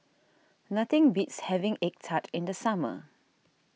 nothing beats having Egg Tart in the summer